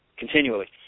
Continually